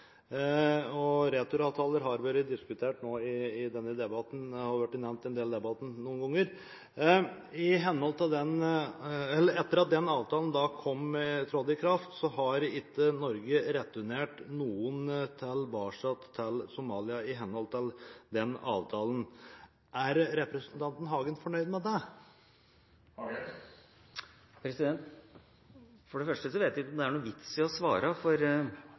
Somalia. Returavtaler har blitt diskutert og nevnt i denne debatten noen ganger. Etter at den avtalen trådte i kraft, har ikke Norge returnert noen til Somalia. Er representanten Hagen fornøyd med det? For det første vet jeg ikke om det er noen vits å svare, for